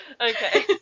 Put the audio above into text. Okay